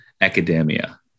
academia